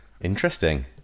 Interesting